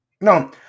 No